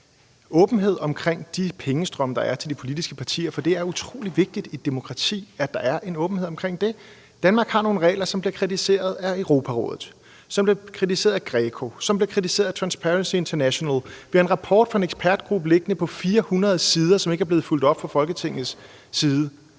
åbenhed om de pengestrømme, der er til de politiske partier, for det er utrolig vigtigt i et demokrati, at der er en åbenhed om det. Danmark har nogle regler, som bliver kritiseret af Europarådet, som bliver kritiseret af GRECO, som bliver kritiseret af Transparency International. Vi har en rapport på 400 sider liggende fra en ekspertgruppe, som der ikke er blevet fulgt op på fra Folketingets side.